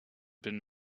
been